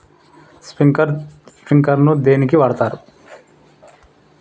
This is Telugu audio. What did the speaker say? స్ప్రింక్లర్ ను దేనికి వాడుతరు?